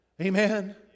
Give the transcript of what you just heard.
Amen